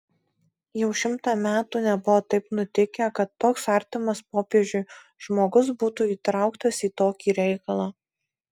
jau šimtą metų nebuvo taip nutikę kad toks artimas popiežiui žmogus būtų įtraukas į tokį reikalą